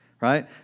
right